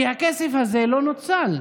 כי הכסף הזה לא נוצל.